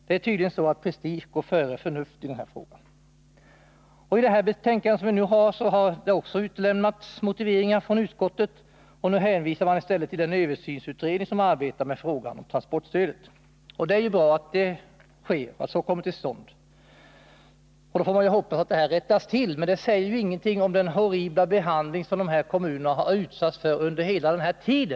Det är tydligt att prestige i denna fråga går före förnuft. I det betänkande som vi nu behandlar har utskottet inte heller lämnat några motiveringar. Utskottet hänvisar i stället till den utredning som arbetar med en översyn av transportstödet. Det är bra att en sådan översyn kommer till stånd, och vi får hoppas att detta misstag rättas till. Men det säger ingenting om den horribla behandling som dessa kommuner har utsatts för under hela denna tid.